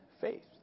faith